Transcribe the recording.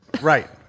Right